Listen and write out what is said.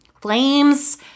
flames